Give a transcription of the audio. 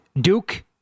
Duke